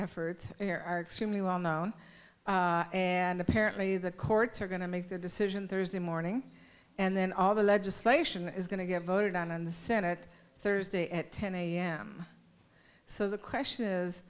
here are extremely well known and apparently the courts are going to make their decision thursday morning and then all the legislation is going to get voted on in the senate thursday at ten am so the question is